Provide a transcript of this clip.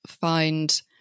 find